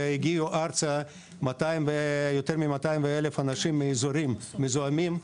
הגיעו ארצה יותר מ-200,000 אנשים מאזורים מזוהמים,